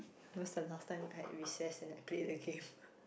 when's the last time I had recess and I played a game